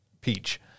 peach